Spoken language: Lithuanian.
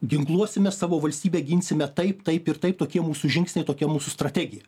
ginkluosime savo valstybę ginsime taip taip ir taip tokie mūsų žingsniai tokia mūsų strategija